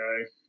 Okay